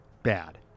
Bad